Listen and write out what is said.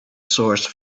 source